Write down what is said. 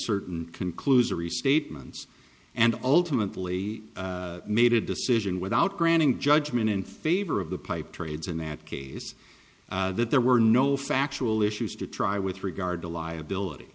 certain conclusion restatements and ultimately made a decision without granting judgment in favor of the pipe trades in that case that there were no factual issues to try with regard to liability